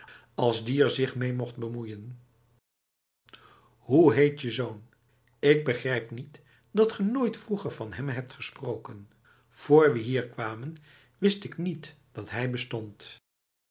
als die er zich mee mocht bemoeien hoe heet je zoon ik begrijp niet dat ge nooit vroeger van hem hebt gesproken vr we hier kwamen wist ik niet dat hij bestond